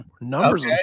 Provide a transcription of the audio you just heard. numbers